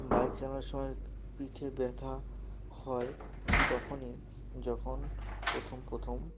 bike চালানোর সময় পিঠে ব্যথা হয় তখনই যখন প্রথম প্রথম